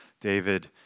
David